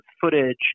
footage